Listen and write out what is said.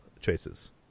choices